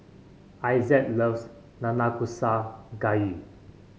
Isaac loves Nanakusa Gayu